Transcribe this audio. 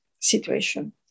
situation